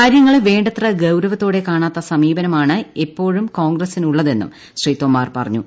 കാര്യങ്ങളെ വേണ്ടത്ര ഗൌരവത്തോടെ കാണാത്ത സമീപനമാണ് എപ്പോഴും കോൺഗ്രസിന്റേതെന്നും ശ്രീ തൊമാർ പറഞ്ഞു